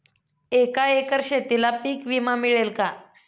एका एकर शेतीला पीक विमा मिळेल का?